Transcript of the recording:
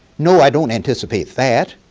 no, i don't anticipate that